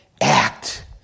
act